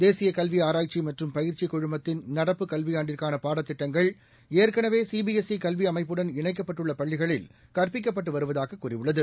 தேசியகல்விஆராய்ச்சிமற்றும் பயிற்சிக் குழுமத்தின் நடப்புக் கல்வியாண்டுக்கானபாடத் திட்டங்கள் ஏற்கனவேசிபிஎஸ்ஈகல்விஅமைப்புடன் இணைக்கப்பட்டுள்ளபள்ளிகளில் கற்பிக்கப்பட்டுவருவதாககூறியுள்ளது